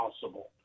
possible